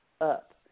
up